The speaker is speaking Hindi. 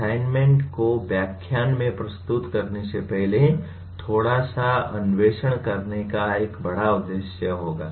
असाइनमेंट को व्याख्यान में प्रस्तुत करने से पहले थोड़ा सा अन्वेषण करने का एक बड़ा उद्देश्य होगा